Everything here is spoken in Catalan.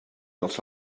els